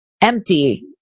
empty